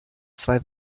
zwei